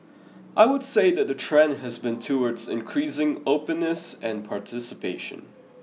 I would say that the trend has been towards increasing openness and participation